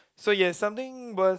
so yes something worth